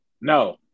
No